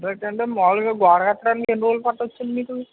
but అంటే మామూలుగా గోడ కట్టడానికి ఎన్ని రోజులు పట్టొచ్చండి మీకు